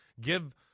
give